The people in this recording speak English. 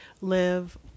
live